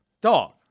Dog